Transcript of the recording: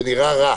זה נראה רע